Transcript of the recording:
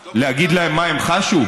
להגיד להם מה הם חשו?